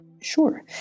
sure